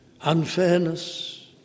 unfairness